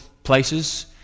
places